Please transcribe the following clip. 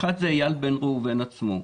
האחד זה איל בן ראובן עצמו,